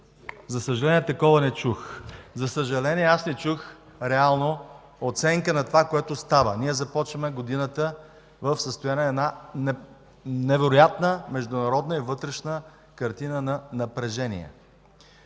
За съжаление, такова не чух. За съжаление, аз не чух реална оценка на това, което става. Ние започваме годината в състояние на невероятна международна и вътрешна картина на напрежение.